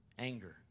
Anger